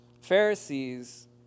Pharisees